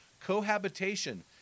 Cohabitation